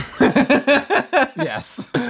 Yes